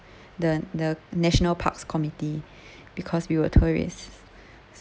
the the national parks committee because we were tourists